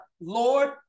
Lord